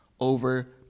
over